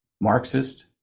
Marxist